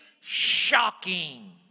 shocking